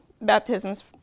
baptisms